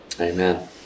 Amen